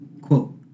Quote